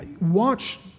watch